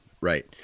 right